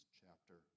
chapter